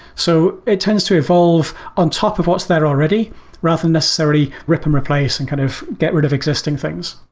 so it tends to evolve on top of what's there already rather than necessarily rip and replace and kind of get rid of existing things.